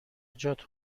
جات